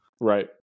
Right